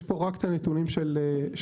יש פה רק את הנתונים של החלוקה.